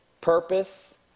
purpose